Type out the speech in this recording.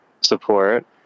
support